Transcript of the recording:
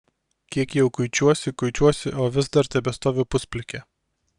kiek jau kuičiuosi kuičiuosi o vis dar tebestoviu pusplikė